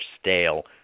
stale